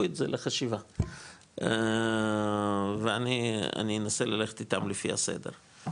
את זה לחשיבה ואני אנסה ללכת איתם לפי הסדר.